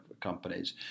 companies